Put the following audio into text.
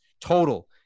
total